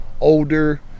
older